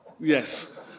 Yes